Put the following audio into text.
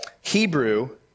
Hebrew